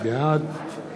בעד